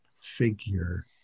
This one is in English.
figure